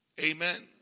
Amen